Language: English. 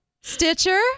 Stitcher